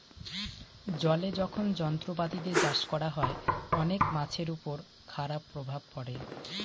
জলে যখন যন্ত্রপাতি দিয়ে চাষ করা হয়, অনেক মাছের উপর খারাপ প্রভাব পড়ে